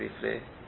briefly